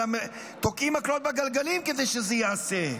אלא שתוקעים מקלות בגלגלים כדי שזה לא ייעשה.